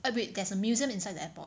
eh wait there's a museum inside the airport